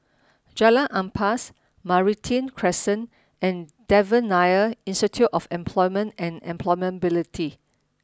Jalan Ampas Meranti Crescent and Devan Nair Institute of Employment and Employability